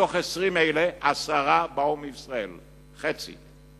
מתוך 20 אלה עשרה באו מישראל חצי.